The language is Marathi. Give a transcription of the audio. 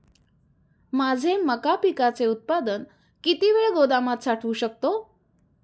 माझे मका पिकाचे उत्पादन किती वेळ गोदामात साठवू शकतो?